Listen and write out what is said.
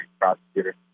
prosecutor